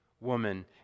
woman